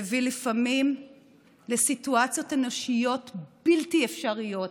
מביאה לפעמים לסיטואציות אנושיות בלתי אפשריות.